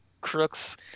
crooks